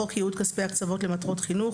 חוק ייעוד כספי הקצבות למטרות חינוך,